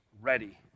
ready